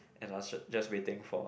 and i was ju~ just waiting for